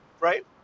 right